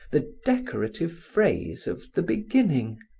the decorative phrase of the beginning,